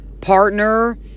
partner